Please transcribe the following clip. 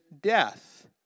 death